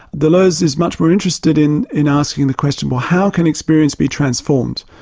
deleuze is much more interested in in asking the question, well how can experience be transformed,